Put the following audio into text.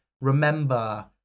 remember